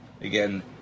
Again